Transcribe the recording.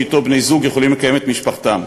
שאתו בני-זוג יכולים לקיים את משפחתם.